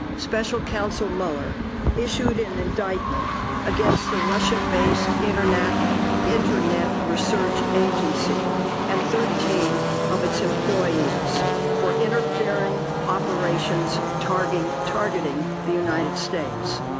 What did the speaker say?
special counsel mueller issued an indictment against the russia based internet internet research agency and thirteen of its employees for interfering operations targeting targeting the united states.